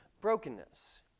brokenness